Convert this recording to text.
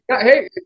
Hey